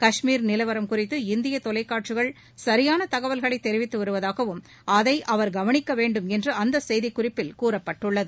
கஷ்மீர் நிலவரம் குறித்து இந்திய தொலைக்காட்சிகள் சரியான தகவல்களை தெரிவித்து வருவதாகவும் அதை அவர் கவனிக்க வேண்டும் என்று அந்த செய்திக்குறிப்பில் கூறப்பட்டதுள்ளது